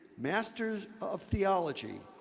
master of theology,